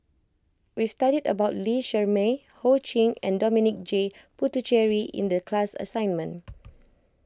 we studied about Lee Shermay Ho Ching and Dominic J Puthucheary in the class assignment